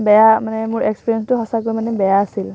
বেয়া মানে মোৰ এক্সপেৰিয়েঞ্চটো সঁচাকে মানে বেয়া আছিল